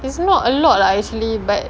it's not a lot lah actually but